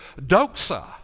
doxa